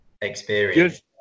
experience